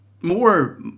more